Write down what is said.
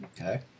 Okay